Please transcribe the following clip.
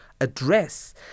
address